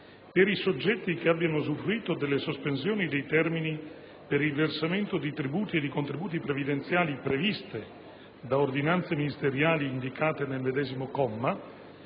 per i soggetti che abbiano usufruito delle sospensioni dei termini per il versamento di tributi e di contributi previdenziali previsti da ordinanze ministeriali indicate nel medesimo comma,